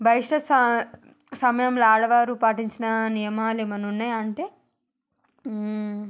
బైస్ట సా సమయంలో ఆడవారు పాటించిన నియమాలు ఏమన్నా ఉన్నయా అంటే